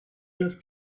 los